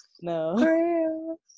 No